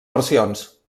versions